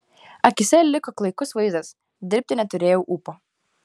akyse liko klaikus vaizdas dirbti neturėjau ūpo